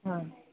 ആഹ്